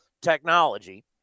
technology